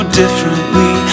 differently